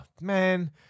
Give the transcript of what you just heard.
man